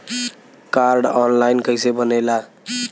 Card online कइसे बनेला?